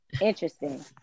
interesting